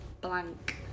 blank